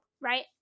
right